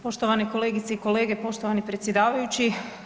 Poštovane kolegice i kolege, poštovani predsjedavajući.